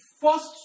first